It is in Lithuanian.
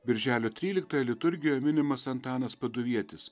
birželio tryliktąją liturgijoj minimas antanas paduvietis